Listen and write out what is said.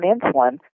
insulin